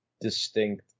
distinct